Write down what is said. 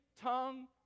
tongue